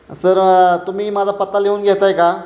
sir तुम्ही माझा पत्ता लिहून घेत आहे का